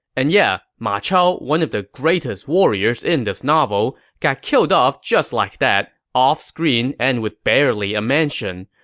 and yeah, ma chao, one of the greatest warriors in this novel, got killed off just like that, off screen and with barely a mention.